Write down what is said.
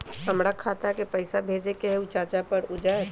हमरा खाता के पईसा भेजेए के हई चाचा पर ऊ जाएत?